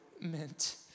meant